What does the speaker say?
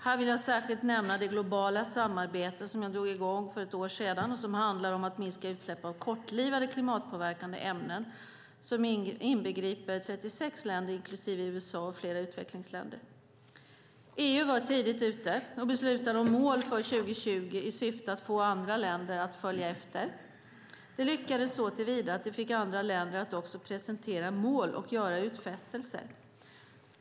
Här vill jag särskilt nämna det globala samarbete som jag drog i gång för ett år sedan och som handlar om att minska utsläpp av kortlivade klimatpåverkande ämnen. Samarbetet inbegriper 36 länder inklusive USA och flera utvecklingsländer. EU var tidigt ute och beslutade om mål för 2020 i syfte att få andra länder att följa efter. Det lyckades såtillvida att det fick andra länder att också presentera mål och göra utfästelser.